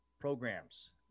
programs